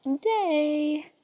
day